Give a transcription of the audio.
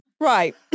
Right